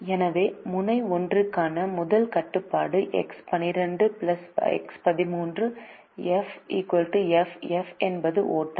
எனவே முனை 1 க்கான முதல் கட்டுப்பாடு X12 X13 f f என்பது ஓட்டம்